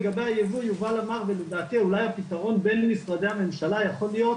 לגבי הייבוא - יובל אמר ולדעתי אולי הפתרון בין משרדי הממשלה יכול להיות